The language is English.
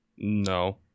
No